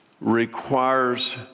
requires